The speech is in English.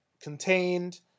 contained